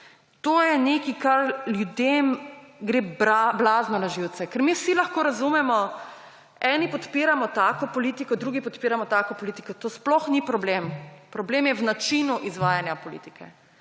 to je nekaj, kar ljudem gre blazno na živce, ker mi vsi lahko razumemo, eni podpiramo tako politiko, drugi podpiramo tako politiko, to sploh ni problem, problem je v načinu izvajanja politike.